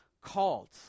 called